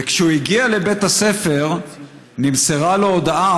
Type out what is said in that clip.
וכשהוא הגיע לבית הספר נמסרה לו הודעה,